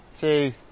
two